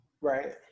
Right